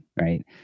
Right